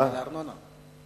על הארנונה.